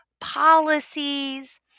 policies